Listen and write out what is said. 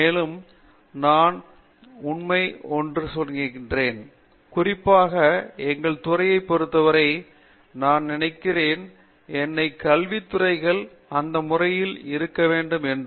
மேலும் நான் உண்மை என்று நினைக்கிறேன் குறிப்பாக எங்கள் துறையை பொறுத்தவரை நான் நினைக்கிறேன் அனைத்து கல்வி துறைகள் அந்த முறையில் இருக்க வேண்டும் என்று